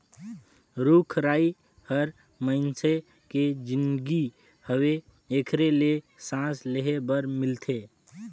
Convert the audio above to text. रुख राई हर मइनसे के जीनगी हवे एखरे ले सांस लेहे बर मिलथे